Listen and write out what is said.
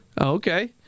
Okay